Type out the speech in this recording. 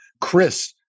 Chris